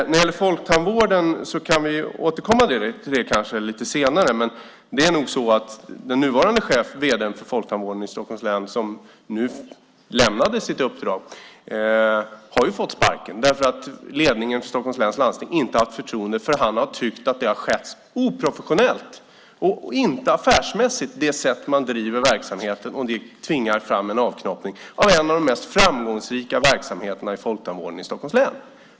När det gäller folktandvården kan vi kanske återkomma till den lite senare. Men det är nog så att den nuvarande vd:n för folktandvården i Stockholms län som nu lämnade sitt uppdrag har fått sparken därför att ledningen för Stockholms läns landsting inte haft förtroende för honom då han har tyckt att det sätt man driver verksamheten på har varit oprofessionellt och inte affärsmässigt och att man tvingat fram en avknoppning av en av de mest framgångsrika verksamheterna inom folktandvården i Stockholms län.